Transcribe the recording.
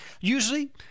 usually